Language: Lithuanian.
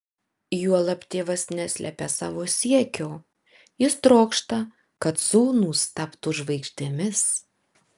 juolab tėvas neslepia savo siekio jis trokšta kad sūnūs taptų žvaigždėmis